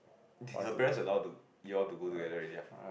your parents allow to you all to go together already ah